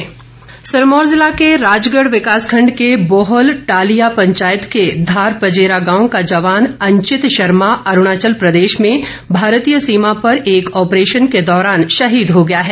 शहीद सिरमौर ज़िला के राजगढ़ विकास खंड के बोहल टालिया पंचायत के धार पजेरा गांव का जवान अंचित शर्मा अरूणाचल प्रदेश में भारतीय सीमा पर एक ऑपरेशन के दौरान शहीद हो गया है